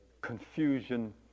confusion